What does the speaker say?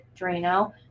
Drano